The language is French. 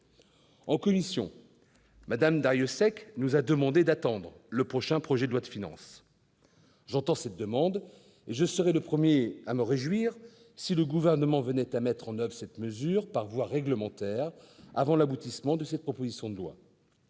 En commission, Mme Geneviève Darrieussecq nous a suggéré d'attendre le prochain projet de loi de finances. J'entends cette demande et je serais le premier à me réjouir si le Gouvernement venait à mettre en oeuvre cette mesure par voie réglementaire avant l'aboutissement de cette proposition de loi.